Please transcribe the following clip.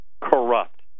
corrupt